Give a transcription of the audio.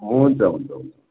हुन्छ हुन्छ हुन्छ